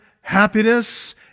happiness